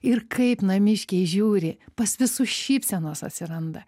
ir kaip namiškiai žiūri pas visus šypsenos atsiranda